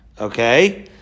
Okay